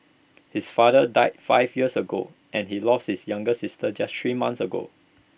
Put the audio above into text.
his father died five years ago and he lost his younger sister just three months ago